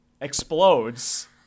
explodes